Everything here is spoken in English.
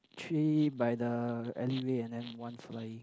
three by the alley way and then one fly